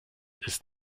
ist